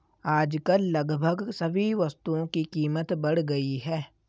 आजकल लगभग सभी वस्तुओं की कीमत बढ़ गई है